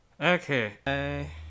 Okay